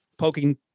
poking